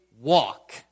walk